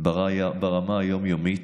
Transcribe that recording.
ברמה היום-יומית,